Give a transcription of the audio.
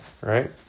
Right